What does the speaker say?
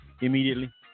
immediately